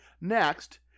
next